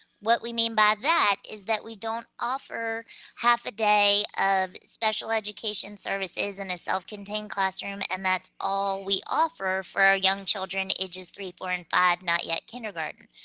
what we mean by that is that we don't offer half a day of special education services in a self-contained classroom, and that's all we offer for our young children ages three, four, and five, not yet kindergarten.